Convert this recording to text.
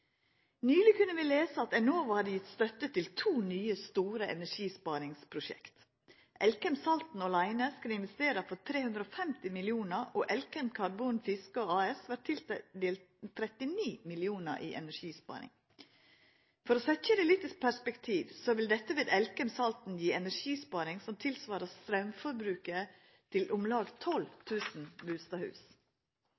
kunne vi lesa at Enova hadde gitt støtte til to nye store energisparingsprosjekt. Elkem Salten åleine skal investera for 350 mill. kr, og Elkem Carbon Fiskaa vert tildelt 39 mill. kr til energisparing. For å setja dette litt i perspektiv, vil dette ved Elkem Salten gje energisparing som svarar til straumforbruket til om lag